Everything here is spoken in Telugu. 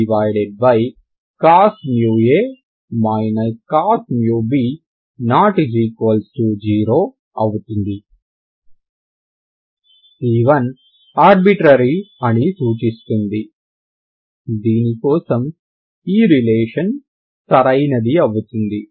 అంటే ⟹2c1cos μa cos μb ≠0 అవుతుంది c1ఆర్బిటరీ అని సూచిస్తుంది దీని కోసం ఈ రిలేషన్ సరైనది అవుతుంది